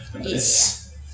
Yes